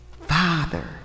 Father